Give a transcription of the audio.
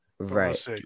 Right